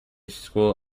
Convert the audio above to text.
school